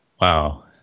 Wow